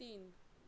तीन